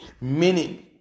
meaning